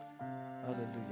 Hallelujah